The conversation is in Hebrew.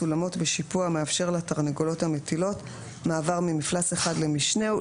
סולמות בשיפוע המאפשר לתרנגולות המטילות מעבר ממפלס אחד למשנהו.